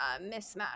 mismatch